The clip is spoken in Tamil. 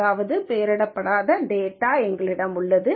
அதாவது பெயரிடப்படாத டேட்டா எங்களிடம் உள்ளது